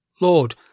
Lord